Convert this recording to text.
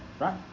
Right